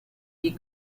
die